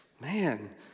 man